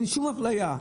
אין שום אפליה.